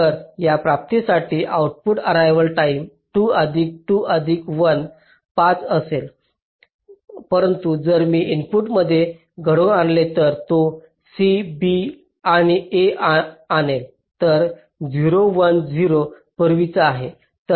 तर या प्राप्तीसाठी आउटपुट अर्रेवाल टाईम2 अधिक 2 अधिक 1 5 असेल परंतु जर मी इनपुटमध्ये बदल घडवून आणेल तर तो येथे c b आणि a आणेल तर 0 1 0 पूर्वीचा आहे